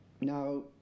Now